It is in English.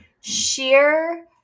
sheer